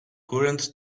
current